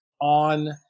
on